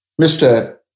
Mr